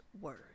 Word